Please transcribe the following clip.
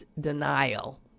denial